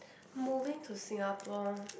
moving to Singapore